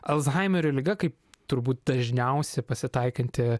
alzhaimerio liga kaip turbūt dažniausiai pasitaikanti